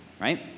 right